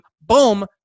Boom